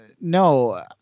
no